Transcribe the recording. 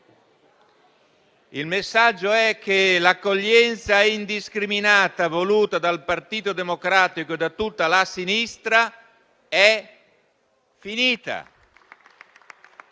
Il messaggio è che l'accoglienza indiscriminata voluta dal Partito Democratico e da tutta la sinistra è finita.